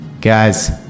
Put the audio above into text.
Guys